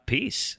Peace